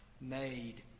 made